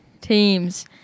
Teams